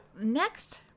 next